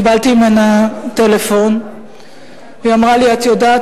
קיבלתי ממנה טלפון והיא אמרה לי: את יודעת,